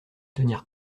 tenir